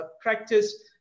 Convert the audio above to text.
practice